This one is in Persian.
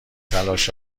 تلاش